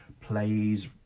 plays